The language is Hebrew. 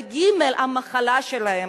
והמחלה שלהם,